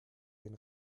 den